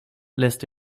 lässt